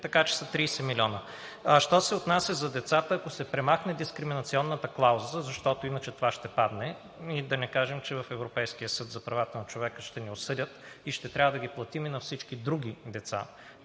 така че са 30 милиона. Що се отнася до децата, ако се премахне дискриминационната клауза, защото иначе това ще падне, да не кажем, че в Европейския съд за правата на човека ще ни осъдят и ще трябва да ги платим и на всички други деца,